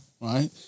right